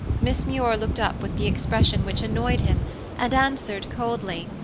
miss muir looked up with the expression which annoyed him and answered coldly,